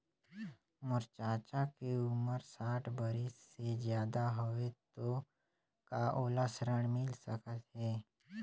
मोर चाचा के उमर साठ बरिस से ज्यादा हवे तो का ओला ऋण मिल सकत हे?